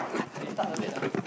they start of it lah